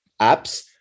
apps